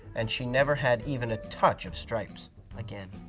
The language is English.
and she never had even a touch of stripes again.